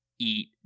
eat